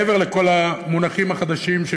מעבר לכל המונחים החדשים,